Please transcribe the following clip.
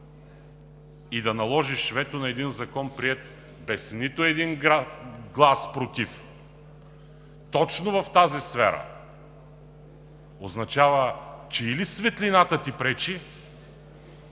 И да наложиш вето на един Закон, приет без нито един глас „против“ точно в тази сфера, означава, че или светлината ти пречи,